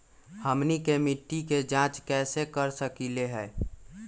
हमनी के मिट्टी के जाँच कैसे कर सकीले है?